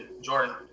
Jordan